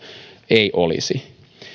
ei olisi